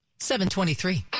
723